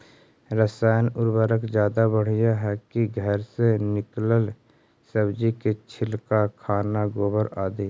रासायन उर्वरक ज्यादा बढ़िया हैं कि घर से निकलल सब्जी के छिलका, खाना, गोबर, आदि?